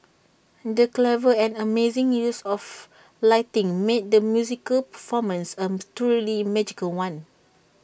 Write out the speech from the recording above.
the clever and amazing use of lighting made the musical performance am truly magical one